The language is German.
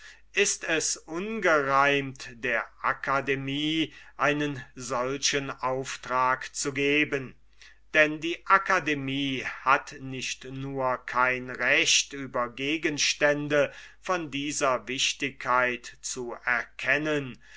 ist es ungereimt der akademie einen solchen auftrag zu machen denn die akademie hat nicht nur kein recht über gegenstände von dieser wichtigkeit zu erkennen